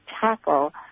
tackle